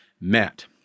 met